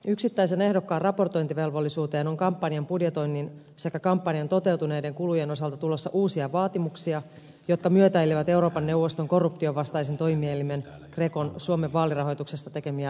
yksittäisen ehdokkaan raportointivelvollisuuteen on kampanjan budjetoinnin sekä kampanjan toteutuneiden kulujen osalta tulossa uusia vaatimuksia jotka myötäilevät euroopan neuvoston korruptionvastaisen toimielimen grecon suomen vaalirahoituksesta tekemiä suosituksia